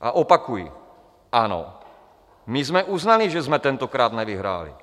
A opakuji: ano, my jsme uznali, že jsme tentokrát nevyhráli,